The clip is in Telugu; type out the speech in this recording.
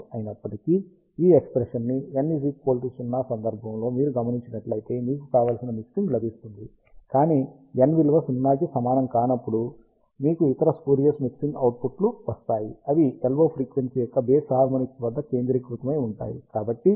అయినప్పటికీ ఈ ఎక్ష్ప్రెషన్ ని n0 సందర్భంలో మీరు గమనించినట్లయితే మీకు కావలసిన మిక్సింగ్ లభిస్తుంది కానీ n విలువ 0 కి సమానం కానప్పుడు మీకు ఇతర స్పూరియస్ మిక్సింగ్ అవుట్ పుట్ లు వస్తాయి అవి LO ఫ్రీక్వెన్సీ యొక్క బేసి హార్మోనిక్స్ వద్ద కేంద్రీకృతమై ఉన్నాయి